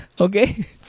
Okay